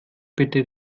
bitte